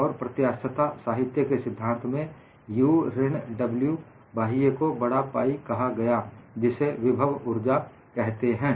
और प्रत्यास्थता साहित्य के सिद्धांत मेंU ऋण W बाह्य को बडा पाइ कहा गया जिसे विभव ऊर्जा कहते हैं